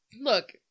Look